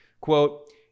quote